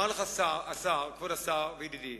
אומר לך, כבוד השר וידידי,